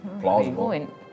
plausible